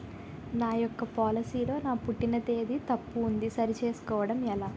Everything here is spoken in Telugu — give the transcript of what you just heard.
నా యెక్క పోలసీ లో నా పుట్టిన తేదీ తప్పు ఉంది సరి చేసుకోవడం ఎలా?